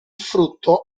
frutto